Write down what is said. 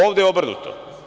Ovde je obrnuto.